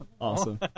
Awesome